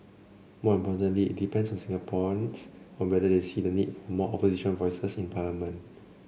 more importantly it depends on Singaporeans on whether they see the need for more opposition voices in parliament